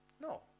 No